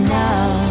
now